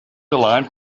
aligned